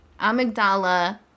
amygdala